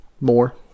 more